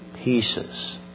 pieces